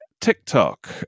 TikTok